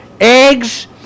eggs